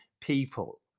people